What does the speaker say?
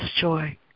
joy